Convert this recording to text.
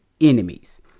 enemies